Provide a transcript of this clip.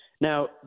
Now